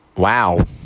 Wow